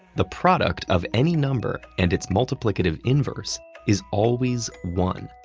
the product of any number and its multiplicative inverse is always one.